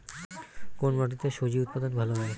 কোন মাটিতে স্বজি উৎপাদন ভালো হয়?